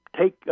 take